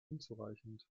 unzureichend